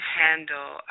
handle